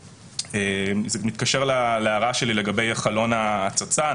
זה מתקשר להערה שלי לגבי חלון ההצצה.